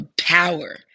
power